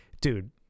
dude